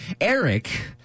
Eric